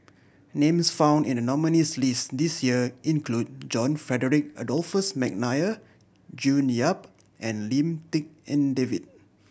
names found in the nominees' list this year include John Frederick Adolphus McNair June Yap and Lim Tik En David